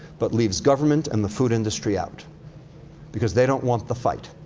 but leaves government and the food industry out because they don't want the fight.